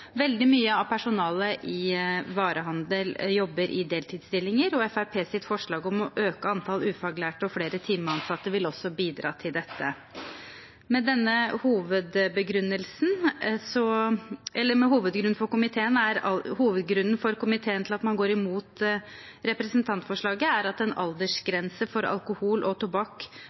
Veldig mye av personalet i varehandelen jobber i deltidsstillinger, og Fremskrittspartiets forslag om å øke antall ufaglærte og flere timeansatte vil også bidra til dette. Hovedgrunnen for komiteen til å gå imot representantforslaget er at aldersgrensen, både for å nyte og for å selge alkohol og tobakk, er 18 år. Komiteen ser ikke noen grunn til å senke terskelen for